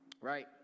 right